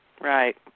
Right